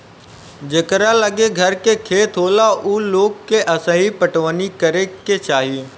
जेकरा लगे घर के खेत होला ओ लोग के असही पटवनी करे के चाही